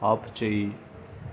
ఆపుచెయ్యి